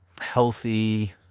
healthy